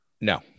no